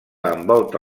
envolta